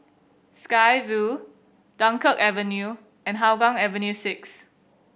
Sky Vue Dunkirk Avenue and Hougang Avenue Six